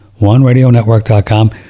oneradionetwork.com